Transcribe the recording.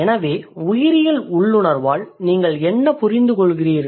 எனவே உயிரியல் உள்ளுணர்வால் நீங்கள் என்ன புரிந்துகொள்கிறீர்கள்